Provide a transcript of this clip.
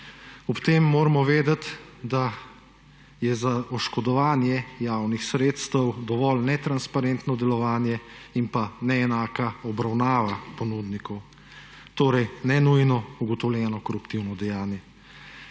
Ob tem moramo vedeti, da je za oškodovanje javnih sredstev dovolj netransparentno delovanje in pa neenaka obravnava ponudnikov, torej ne nujno ugotovljeno koruptivno dejanje.